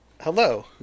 Hello